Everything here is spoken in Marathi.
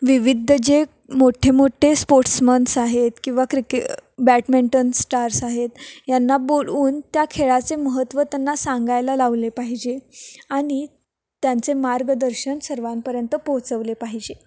विविध जे मोठेमोठे स्पोर्ट्समन्स आहेत किंवा क्रिके बॅडमिंटन स्टार्स आहेत यांना बोलवून त्या खेळाचे महत्त्व त्यांना सांगायला लावले पाहिजे आणि त्यांचे मार्गदर्शन सर्वांपर्यंत पोहोचवले पाहिजे